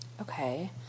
Okay